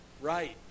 Right